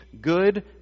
good